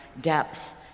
depth